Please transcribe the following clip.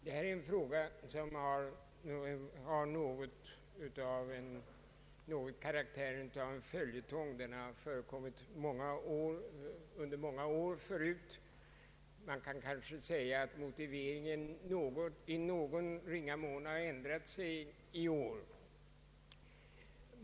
Detta är en fråga som har karaktären av följetong. Den har förekommit under många år förut. Man kan kanske säga att motiveringen i någon ringa mån har ändrats i år.